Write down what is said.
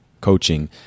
Coaching